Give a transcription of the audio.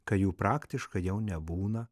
kai jų praktiškai jau nebūna